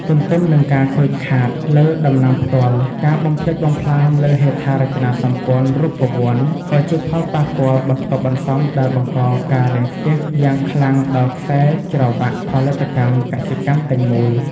ទន្ទឹមនឹងការខូចខាតលើដំណាំផ្ទាល់ ការបំផ្លិចបំផ្លាញលើហេដ្ឋារចនាសម្ព័ន្ធរូបវន្តក៏ជាផលប៉ះពាល់បន្ទាប់បន្សំដែលបង្កការរាំងស្ទះយ៉ាងខ្លាំងដល់ខ្សែច្រវាក់ផលិតកម្មកសិកម្មទាំងមូល។